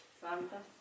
santa